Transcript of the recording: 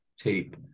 tape